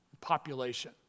population